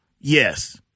yes